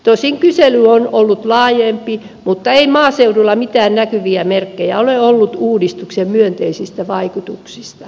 tosin kysely on ollut laajempi mutta ei maaseudulla mitään näkyviä merkkejä ole ollut uudistuksen myönteisistä vaikutuksista